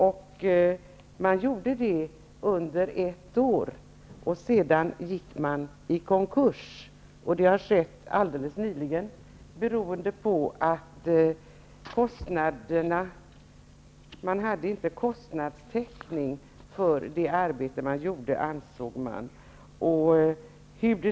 Man drev verksamheten på detta sätt under ett år, och sedan gick man i konkurs. Detta har skett alldeles nyligen, och anledningen var den att man inte ansåg sig ha kostnadstäckning för det arbete som man utförde.